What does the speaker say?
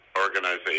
organization